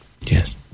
yes